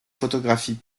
photographies